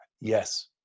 yes